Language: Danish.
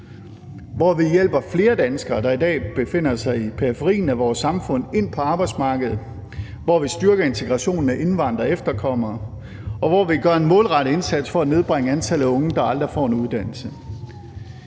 hvor vi hjælper flere danskere, der i dag befinder sig i periferien af vores samfund, ind på arbejdsmarkedet, hvor vi styrker integrationen af indvandrere og efterkommere, og hvor vi gør en målrettet indsats for at nedbringe antallet af unge, der aldrig får en uddannelse.